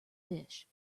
fish